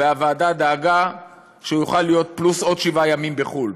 והוועדה דאגה שהוא יוכל להיות עוד שבעה ימים בחו"ל.